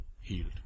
healed